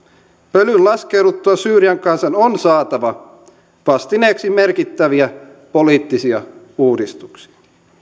pölyn laskeuduttua syyrian kansan on saatava vastineeksi merkittäviä poliittisia uudistuksia